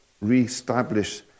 reestablish